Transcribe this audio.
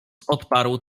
odparł